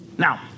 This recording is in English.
Now